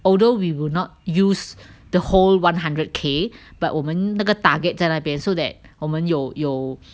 although we will not use the whole one hundred K but 我们那个 target 在那边 so that 我们有有